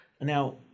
Now